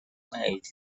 maid